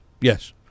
yes